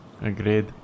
Agreed